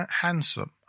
handsome